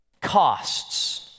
costs